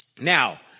Now